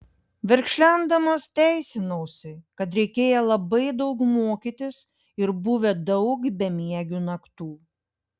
verkšlendamas teisinausi kad reikėję labai daug mokytis ir buvę daug bemiegių naktų